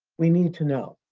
we need to know.